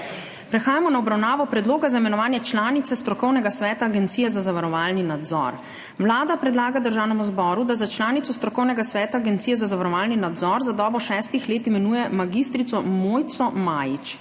Prehajamo na obravnavo Predloga za imenovanje članice strokovnega sveta Agencije za zavarovalni nadzor. Vlada predlaga Državnemu zboru, da za članico strokovnega sveta Agencije za zavarovalni nadzor za dobo šestih let imenuje mag. Mojco Majič.